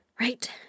Right